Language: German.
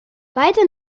weiter